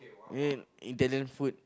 you mean Italian food